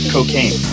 Cocaine